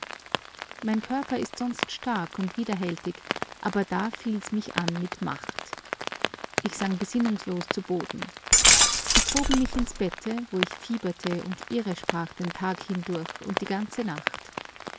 mein körper ist sonst stark und widerhältig aber da fiel's mich an mit macht ich sank besinnungslos zu boden sie trugen mich ins bette wo ich fieberte und irresprach den tag hindurch und die ganze nacht